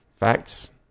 Facts